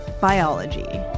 biology